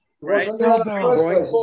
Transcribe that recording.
Right